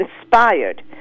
inspired